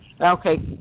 Okay